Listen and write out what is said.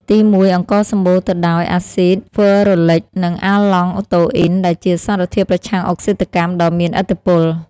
ទីមួយ អង្ករសម្បូរទៅដោយ អាស៊ីតហ្វឺរូលិក និង អាលឡង់តូអ៊ីន ដែលជាសារធាតុប្រឆាំងអុកស៊ីតកម្មដ៏មានឥទ្ធិពល។